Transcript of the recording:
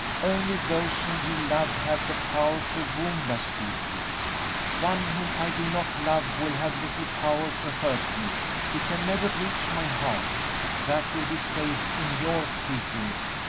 only those whom we love have the power to wound us deeply one whom i do not love will have little power to hurt me he can never reach my heart that will be safe in your keeping.